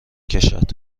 کشد